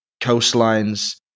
coastlines